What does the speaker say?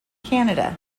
canada